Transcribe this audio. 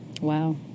Wow